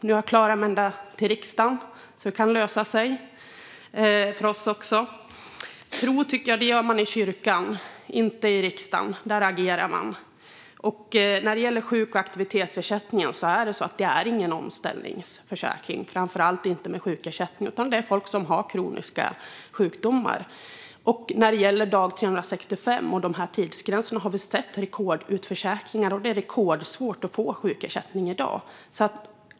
Nu har jag klarat mig ända till riksdagen, så det kan lösa sig för oss också. Tror gör man i kyrkan, tycker jag, inte i riksdagen. Där agerar man. Sjuk och aktivitetsersättningen är ingen omställningsförsäkring, framför allt inte med sjukersättning, utan det handlar om folk som har kroniska sjukdomar. När det gäller dag 365 och de tidsgränserna har vi sett rekordutförsäkringar, och det är rekordsvårt att få sjukersättning i dag.